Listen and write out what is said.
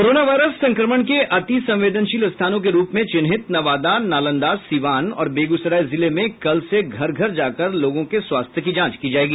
corona virus संक्रमण के अति संवेदनशील स्थानों के रूप में चिन्हित नवादा नालंदा सीवान और बेगूसराय जिले में कल से घर घर जाकर लोगों के स्वास्थ्य की जांच की जायेगी